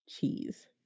cheese